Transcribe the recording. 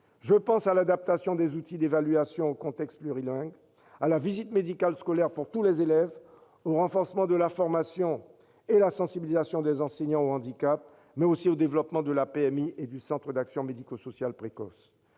Je pense à l'adaptation des outils d'évaluation au contexte plurilingue, à la visite médicale scolaire pour tous les élèves, au renforcement de la formation et à la sensibilisation des enseignants au handicap, mais aussi au développement de la PMI et du centre d'action médico-sociale précoce.